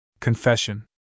Confession